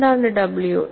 എന്താണ് w